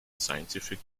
scientific